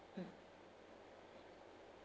mm